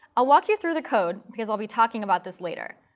i'll walk you through the code, because i'll be talking about this later.